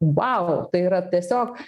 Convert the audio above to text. vau tai yra tiesiog